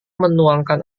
menuangkan